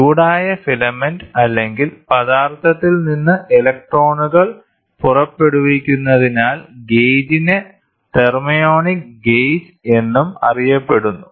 ചൂടായ ഫിലമെന്റ് അല്ലെങ്കിൽ പദാർത്ഥത്തിൽ നിന്ന് ഇലക്ട്രോണുകൾ പുറപ്പെടുവിക്കുന്നതിനാൽ ഗേജിനെ തെർമോണിക് ഗേജ് എന്നും അറിയപ്പെടുന്നു